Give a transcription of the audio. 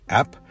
app